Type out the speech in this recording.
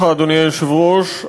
אדוני היושב-ראש,